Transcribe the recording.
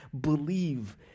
believe